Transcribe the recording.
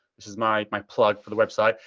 which is my my plug for the website,